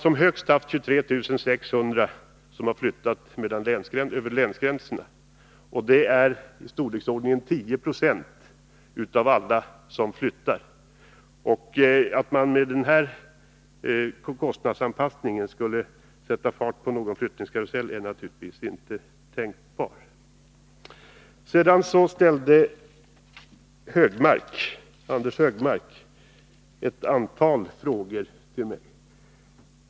Som mest har 23 600 flyttat över länsgränserna. Det är i storleksordningen 10 26 av alla som flyttar. Att man med den aktuella kostnadsanpassningen skulle sätta fart på någon flyttningskarusell är naturligtvis inte tänkbart. Anders Högmark ställde ett antal frågor till mig.